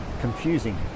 confusing